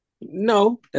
No